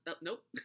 Nope